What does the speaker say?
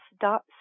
dot